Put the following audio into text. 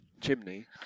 chimney